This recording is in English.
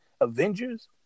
Avengers